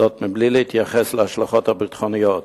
זאת, בלי להתייחס להשלכות הביטחוניות.